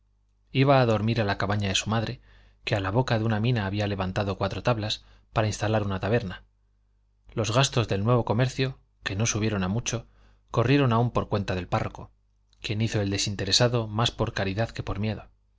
iba a dormir a la cabaña de su madre que a la boca de una mina había levantado cuatro tablas para instalar una taberna los gastos del nuevo comercio que no subieron a mucho corrieron aún por cuenta del párroco quien hizo el desinteresado más por caridad que por miedo